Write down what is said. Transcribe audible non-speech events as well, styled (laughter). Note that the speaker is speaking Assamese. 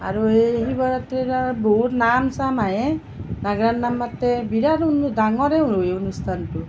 আৰু সেই শিৱৰাত্ৰিৰো বহুত নাম চাম আহে নাগাৰা নাম মাতে বিৰাট (unintelligible) ডাঙৰেই হয় অনুষ্ঠানটো